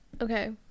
Okay